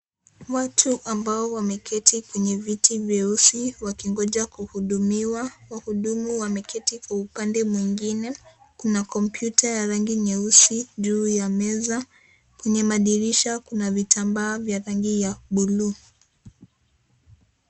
Watu ambao wameketi kwenye viti vyeusi wakingoja kuhudumiwa, wahudumu wameketi kwa upande mwingine. Kuna kompyuta ya rangi nyeusi juu ya meza. Kwenye madirisha kuna vitambaa vya rangi ya buluu.